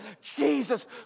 Jesus